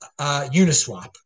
Uniswap